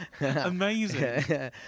Amazing